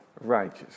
righteous